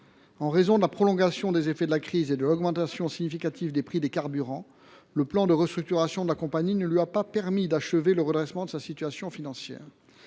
en raison de la prolongation des effets de la crise et de l’augmentation significative du prix des carburants, ce plan de restructuration n’a pas permis à la compagnie d’achever le redressement de sa situation financière.